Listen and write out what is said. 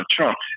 Trump